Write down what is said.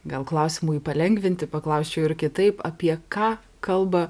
gal klausimui palengvinti paklausčiau ir kitaip apie ką kalba